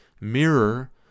mirror